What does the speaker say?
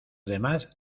demás